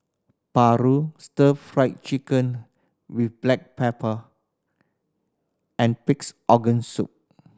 paru Stir Fried Chicken with black pepper and Pig's Organ Soup